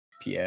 PS